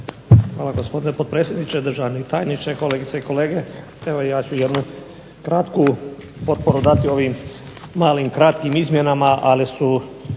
Hvala gospodine potpredsjedniče, državni tajniče, kolegice i kolege. Evo ja ću jednu kratku potporu dati ovim malim kratkim izmjenama ali su